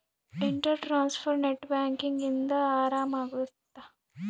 inter transfer net banking ಇಂದ ಆರಾಮ ಅಗುತ್ತ